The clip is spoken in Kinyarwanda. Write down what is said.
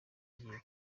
ngiye